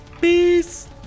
peace